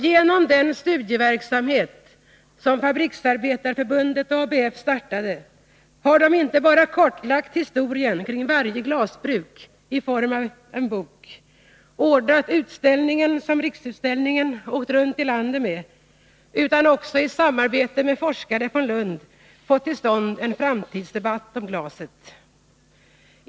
Genom den studieverksamhet som Fabriksarbetareförbundet och ABF startat har de inte bara kartlagt historien kring varje glasbruk i form av en bok och ordnat den utställning som Riksutställningar åkt runt i landet med, utan också i samarbete med forskare från Lund fått till stånd en framtidsdebatt om glaset.